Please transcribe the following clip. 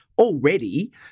already